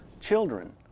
children